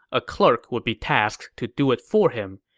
a clerk would be tasked to do it for him.